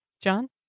John